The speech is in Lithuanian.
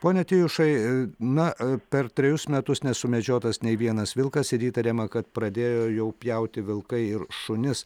pone tijušai na per trejus metus nesumedžiotas nei vienas vilkas ir įtariama kad pradėjo jau pjauti vilkai ir šunis